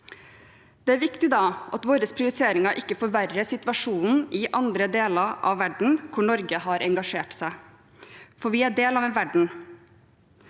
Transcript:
Det er da viktig at våre prioriteringer ikke forverrer situasjonen i andre deler av verden hvor Norge har engasjert seg, for vi er del av en verden,